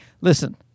listen